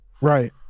right